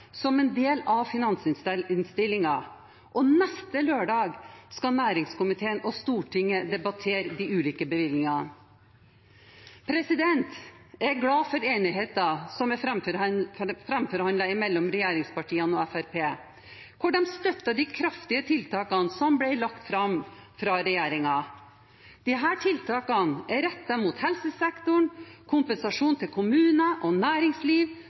som en del av finansinnstillingen, og neste lørdag skal næringskomiteen og Stortinget debattere de ulike bevilgningene. Jeg er glad for den enigheten som er framforhandlet mellom regjeringspartiene og Fremskrittspartiet, hvor de støtter de kraftige tiltakene som ble lagt fram av regjeringen. Disse tiltakene er rettet mot helsesektoren, kompensasjon til kommuner og næringsliv,